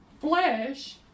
flesh